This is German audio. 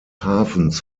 hafens